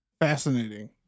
Fascinating